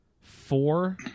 four